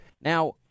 Now